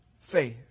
faith